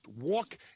walk